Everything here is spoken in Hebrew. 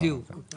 בדיוק.